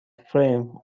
firm